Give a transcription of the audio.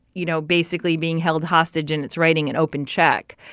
you know, basically being held hostage and it's writing an open check.